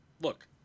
look